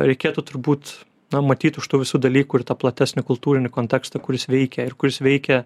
reikėtų turbūt na matyt už tų visų dalykų ir tą platesnį kultūrinį kontekstą kuris veikia ir kuris veikia